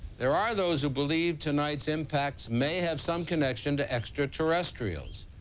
there are those who believe tonight's impacts may have some connection to extraterrestrials.